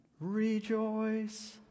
rejoice